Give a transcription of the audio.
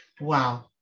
Wow